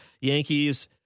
Yankees